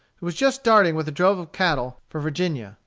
who was just starting with a drove of cattle for virginia.